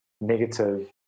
negative